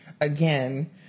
again